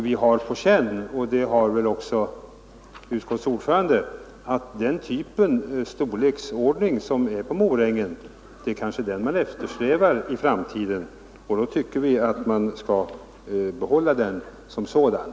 Jag förmodar att utskottets ordförande liksom vi har på känn att det just är Morängens typ och storlek man eftersträvar i framtiden, och då tycker vi att man skall behålla denna yrkesskola.